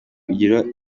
ugire